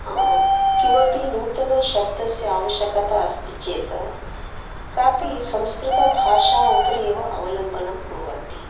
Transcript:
किमपि नूतनशब्दस्य आवश्यकता अस्ति चेत् कापि संस्कृतभाषा उपरि एव अवलम्बनं कुर्वन्ति